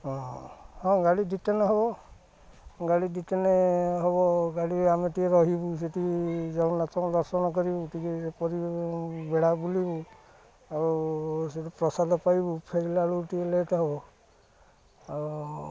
ହଁ ହଁ ଗାଡ଼ି ଦୁଇ ତିନିଟା ହବ ଗାଡ଼ି ଦି ତିନିଟା ହବ ଗାଡ଼ି ଆମେ ଟିକେ ରହିବୁ ସେଠି ଜଗନ୍ନାଥଙ୍କ ଦର୍ଶନ କରିବୁ ଟିକେ ବେଢ଼ା ବୁଲିବୁ ଆଉ ସେଠି ପ୍ରସାଦ ପାଇବୁ ଫେରିଲାବେଳକୁ ଟିକେ ଲେଟ୍ ହବ ଆଉ